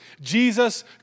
Jesus